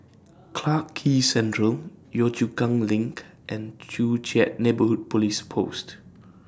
Clarke Quay Central Yio Chu Kang LINK and Joo Chiat Neighbourhood Police Post